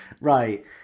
Right